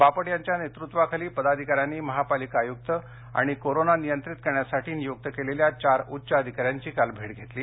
बापट यांच्या नेतृत्त्वाखाली पदाधिकाऱ्यांनी महापालिका आयुक्त आणि कोरोना नियंत्रित करण्यासाठी नियुक्त केलेल्या चार उच्च अधिकाऱ्यांची काल भेट घेतली